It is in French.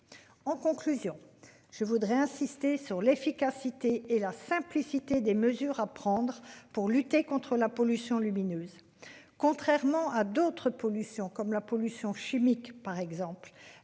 En conclusion je voudrais insister sur l'efficacité et la simplicité des mesures à prendre pour lutter contre la pollution lumineuse. Contrairement à d'autres pollutions comme la pollution chimique par exemple